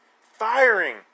firing